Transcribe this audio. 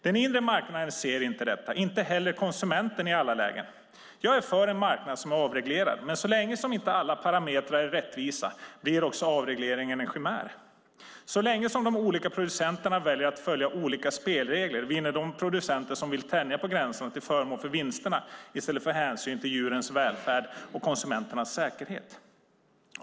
Den inre marknaden ser inte detta, inte heller konsumenten i alla lägen. Jag är för en marknad som är avreglerad, men så länge inte alla parametrar är rättvisa blir också avregleringen en chimär. Så länge de olika producenterna väljer att följa olika spelregler vinner de producenter som vill tänja på gränserna till förmån för vinsterna i stället för hänsyn till djurens välfärd och konsumenternas säkerhet.